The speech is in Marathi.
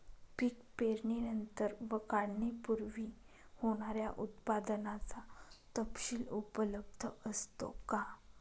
पीक पेरणीनंतर व काढणीपूर्वी होणाऱ्या उत्पादनाचा तपशील उपलब्ध असतो का?